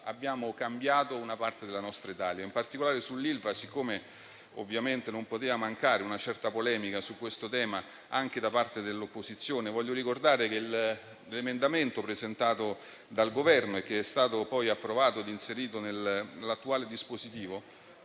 Abbiamo cambiato una parte della nostra Italia. In particolare, sull'Ilva, visto che ovviamente su questo tema non poteva mancare una certa polemica anche da parte dell'opposizione, vorrei ricordare che l'emendamento presentato dal Governo, e che è stato poi approvato ed inserito nell'attuale dispositivo,